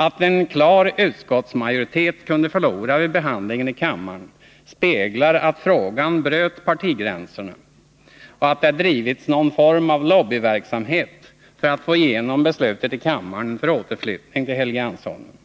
Att en klar utskottsmajoritet kunde förlora vid behandlingen i kammaren speglar att frågan bröt partigränserna och att det bedrivits någon form av lobbyverksamhet för att få igenom beslut i kammaren för återflyttning till Helgeandsholmen.